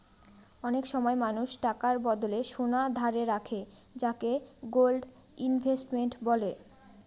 অনেক সময় মানুষ টাকার বদলে সোনা ধারে রাখে যাকে গোল্ড ইনভেস্টমেন্ট বলে